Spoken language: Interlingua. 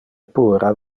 puera